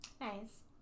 Nice